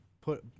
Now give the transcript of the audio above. put